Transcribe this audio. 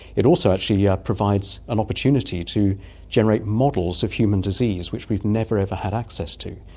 it also actually yeah provides an opportunity to generate models of human disease which we've never, ever had access to.